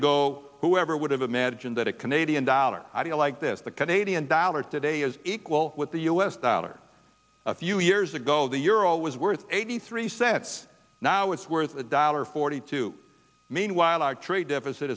ago who ever would have imagined that a canadian dollar idea like this the canadian dollar today is equal with the u s dollar a few years ago the euro was worth eighty three cents now it's worth a dollar forty two meanwhile our trade deficit